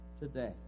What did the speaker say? today